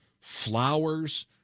flowers